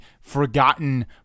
forgotten